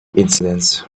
incidents